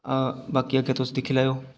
बाकी अग्गें तुस दिक्खी लैएओ